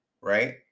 right